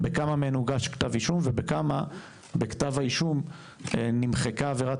בכמה מהן הוגש כתב אישום ובכמה בכתב האישום נמחקה עבירת